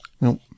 Nope